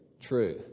True